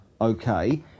okay